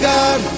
God